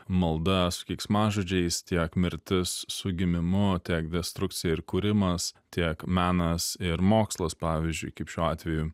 malda su keiksmažodžiais tiek mirtis su gimimu tiek destrukcija ir kūrimas tiek menas ir mokslas pavyzdžiui kaip šiuo atveju